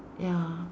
ya